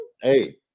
Hey